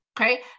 Okay